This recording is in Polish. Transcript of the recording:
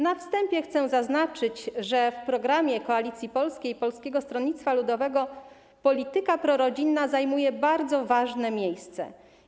Na wstępie chcę zaznaczyć, że w programie Koalicji Polskiej - Polskiego Stronnictwa Ludowego polityka prorodzinna zajmuje bardzo ważne miejsce.